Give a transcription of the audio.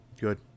good